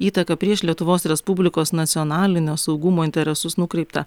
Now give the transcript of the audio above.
įtaką prieš lietuvos respublikos nacionalinio saugumo interesus nukreipta